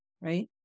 right